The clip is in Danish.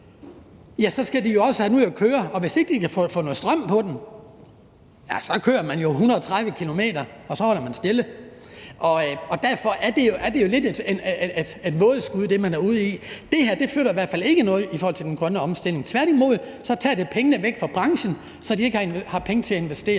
– skal de jo også have den ud at køre. Og hvis ikke de kan få noget strøm på den, ja, så kører man jo 130 km, og så holder man stille. Derfor er det, man er ude i, jo lidt af et vådeskud. Det her flytter i hvert fald ikke noget i forhold til den grønne omstilling. Tværtimod tager det pengene væk fra branchen, så de ikke har penge til at investere